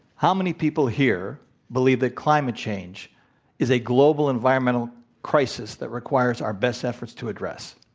how many people here believe that climate change is a global, environmental crisis that requires our best efforts to address?